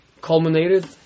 culminated